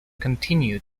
continue